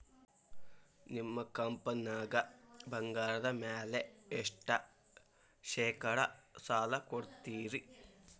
ನಿಮ್ಮ ಕಂಪನ್ಯಾಗ ಬಂಗಾರದ ಮ್ಯಾಲೆ ಎಷ್ಟ ಶೇಕಡಾ ಸಾಲ ಕೊಡ್ತಿರಿ?